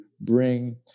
bring